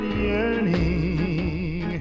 yearning